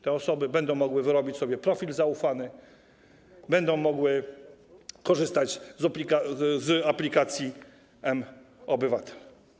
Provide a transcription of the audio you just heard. Te osoby będą mogły wyrobić sobie profil zaufany, będą mogły korzystać z aplikacji mObywatel.